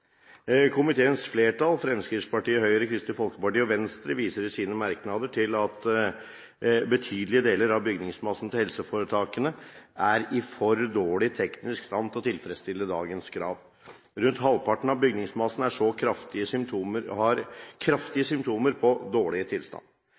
Komiteens flertall, Fremskrittspartiet, Høyre, Kristelig Folkeparti og Venstre, viser i sine merknader til at betydelige deler av bygningsmassen til helseforetakene er i for dårlig teknisk stand til å tilfredsstille dagens krav. Rundt halvparten av bygningsmassen har kraftige symptomer